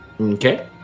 okay